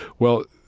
well,